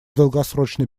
долгосрочной